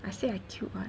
I say I cute [what]